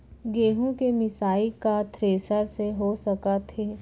गेहूँ के मिसाई का थ्रेसर से हो सकत हे?